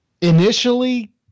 Initially